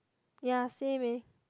ya same eh